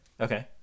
Okay